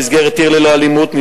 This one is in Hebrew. במסגרת "עיר ללא אלימות",